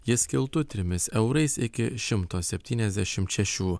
jis kiltų trimis eurais iki šimto septyniasdešimt šešių